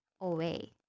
away